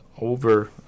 over